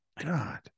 god